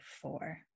four